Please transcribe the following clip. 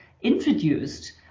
introduced